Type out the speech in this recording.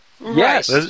Yes